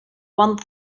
one